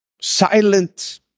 silent